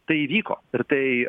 tai įvyko ir tai